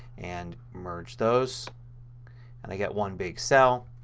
and merge those and i get one big cell.